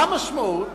מה המשמעות?